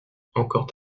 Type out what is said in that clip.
encore